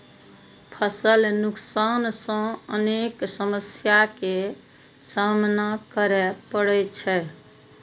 फसल नुकसान सं अनेक समस्या के सामना करै पड़ै छै